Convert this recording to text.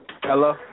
Hello